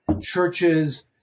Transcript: churches